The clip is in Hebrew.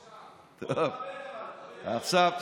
עכשיו,